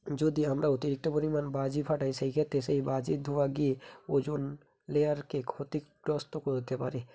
যদি আমরা অতিরিক্ত পরিমাণ বাজি ফাটাই সেইক্ষেত্রে সেই বাজির ধোঁয়া গিয়ে ওজোন লেয়ারকে ক্ষতিগ্রস্ত করতে পারে